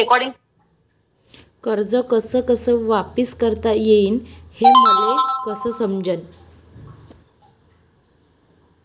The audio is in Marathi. कर्ज कस कस वापिस करता येईन, हे मले कस समजनं?